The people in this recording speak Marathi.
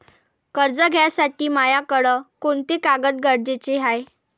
कर्ज घ्यासाठी मायाकडं कोंते कागद गरजेचे हाय?